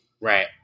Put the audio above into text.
Right